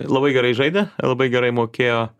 labai gerai žaidė labai gerai mokėjo